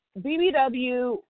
BBW